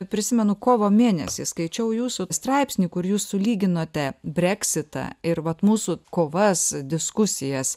prisimenu kovo mėnesį skaičiau jūsų straipsnį kur jūs sulyginote breksitą ir vat mūsų kovas diskusijas